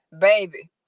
baby